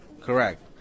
Correct